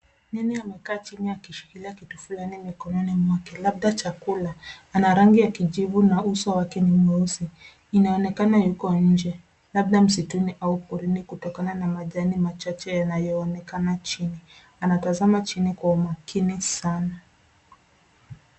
Nyani amekaa chini akishikilia kitu fulani mkononi mwake labda chakula. Ana rangi ya kijivu na uso wake ni mweusi, inaonekana yuko nje labda msituni au porini kutokana na majani machache yanayoonekana chini, anatazama chini kwa umakini sana.